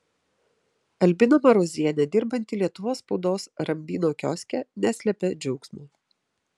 albina marozienė dirbanti lietuvos spaudos rambyno kioske neslėpė džiaugsmo